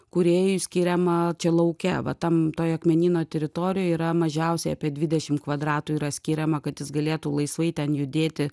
kūrėjui skiriama čia lauke va tam toj akmenyno teritorijoj yra mažiausiai apie dvidešim kvadratų yra skiriama kad jis galėtų laisvai ten judėti